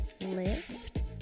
Lift